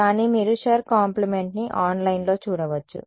కానీ మీరు షుర్ కాంప్లిమెంట్ని ఆన్లైన్లో చూడవచ్చు